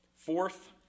Fourth